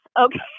okay